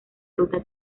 ruta